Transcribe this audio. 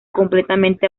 completamente